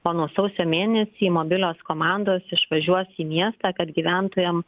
o nuo sausio mėnesį mobilios komandos išvažiuos į miestą kad gyventojam